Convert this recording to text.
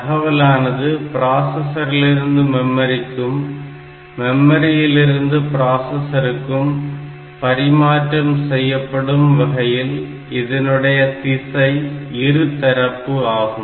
தகவலானது ப்ராசசரிலிருந்து மெமரிக்கும் மெமரியிலருந்து ப்ராசஸருக்கும் பரிமாற்றம் செய்யப்படும் வகையில் இதனுடைய திசை இருதரப்பு ஆகும்